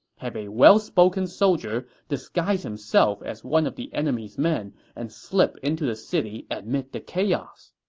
have a well-spoken soldier disguise himself as one of the enemy's men and slip into the city amid the chaos.